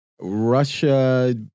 Russia